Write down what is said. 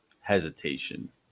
hesitation